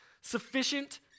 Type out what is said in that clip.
sufficient